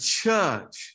church